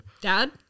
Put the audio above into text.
Dad